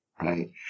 Right